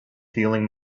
feeling